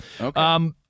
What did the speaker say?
Okay